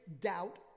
doubt